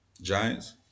Giants